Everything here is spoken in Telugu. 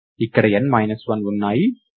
ఇక్కడ n మైనస్ 1 ఉన్నాయి